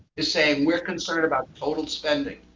is saying we're concerned about total spending.